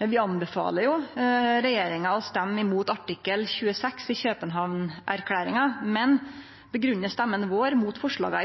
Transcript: vi anbefaler regjeringa å røyste imot artikkel 26 i København-erklæringa. Vi grunngjev røysta vår imot forslaga